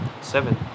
Seven